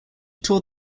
toured